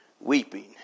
weeping